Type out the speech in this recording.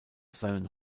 seinen